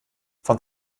von